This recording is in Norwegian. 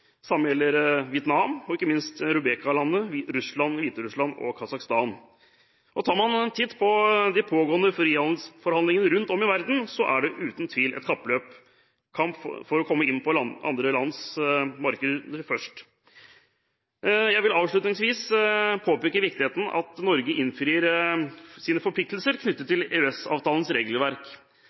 samme gjelder Vietnam og ikke minst RuBeKa-landene, Russland, Hviterussland og Kasakhstan. Tar man en titt på de pågående frihandelsforhandlingene rundt om i verden, er det uten tvil et kappløp, en kamp for å komme inn på andre lands markeder først. Jeg vil avslutningsvis påpeke viktigheten av at Norge innfrir sine forpliktelser knyttet til EØS-avtalens regelverk.